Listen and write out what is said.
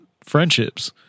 friendships